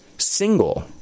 single